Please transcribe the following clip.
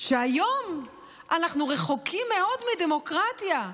שהיום אנחנו רחוקים מאוד מדמוקרטיה,